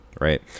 right